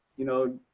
you know,